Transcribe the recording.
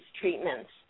treatments